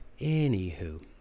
anywho